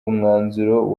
umwanzuro